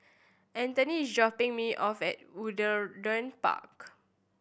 Anthoney is dropping me off at Woollerton Park